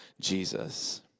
Jesus